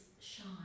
shine